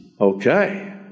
Okay